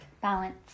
balance